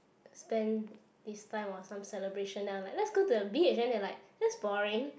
spend this time or some celebration then I're like let's go to the beach and then they like that's boring